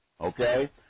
Okay